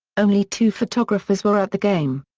only two photographers were at the game.